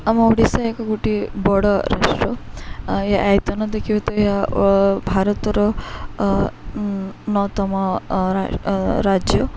ଆମ ଓଡ଼ିଶା ଏକ ଗୋଟିଏ ବଡ଼ ରାଷ୍ଟ୍ର ଏହା ଆୟତାନ ଦେଖିକି କହିବା ଏହା ଭାରତର ଅନ୍ୟତମ ରାଜ୍ୟ